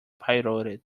pirouetted